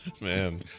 Man